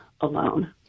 alone